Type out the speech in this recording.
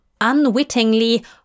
Unwittingly